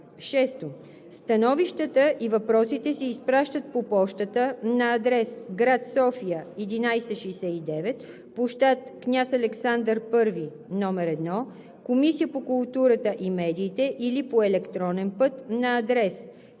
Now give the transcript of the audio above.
6. Становищата и въпросите се изпращат по пощата на адрес: гр. София 1169, пл. „Княз Александър І“ № 1, Комисия по културата и медиите или по електронен път на адрес: